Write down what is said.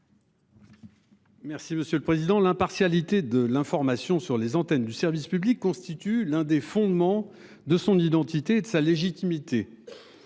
Monsieur le Président l'impartialité de l'information sur les antennes du service public, constitue l'un des fondements de son identité et de sa légitimité.